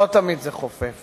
לא תמיד זה חופף.